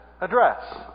address